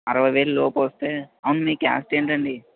అరవై వేలు లోపు వస్తే అవును మీ క్యాస్ట్ ఏంటండీ